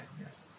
yes